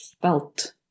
felt